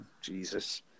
Jesus